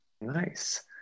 Nice